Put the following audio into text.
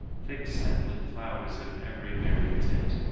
thick set with flowers of every varied tint,